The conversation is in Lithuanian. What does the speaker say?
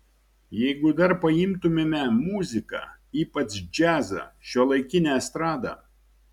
jeigu dar paimtumėme muziką ypač džiazą šiuolaikinę estradą